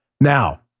Now